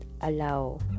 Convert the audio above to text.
allow